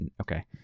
okay